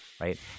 right